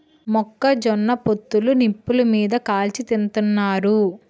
మొక్క జొన్న పొత్తులు నిప్పులు మీది కాల్చి తింతన్నారు